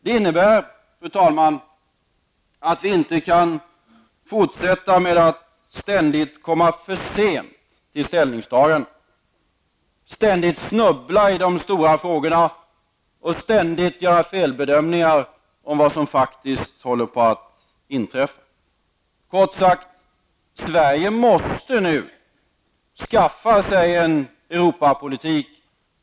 Det innebär, fru talman, att vi inte kan fortsätta med att ständigt ''komma för sent'' när vi skall ta ställning, ständigt snubbla i de stora frågorna och ständigt göra felbedömningar om vad som faktiskt håller på att inträffa. Kort sagt, Sverige måste nu skaffa sig en Europapolitik.